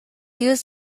used